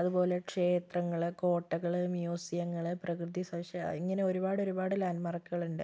അതുപോലെ ക്ഷേത്രങ്ങള് കോട്ടകള് മ്യൂസിയങ്ങള് പ്രകൃതി സവിശ ഇങ്ങനെ ഒരുപാടൊരുപാട് ലാൻഡ്മാർക്കുകൾ ഉണ്ട്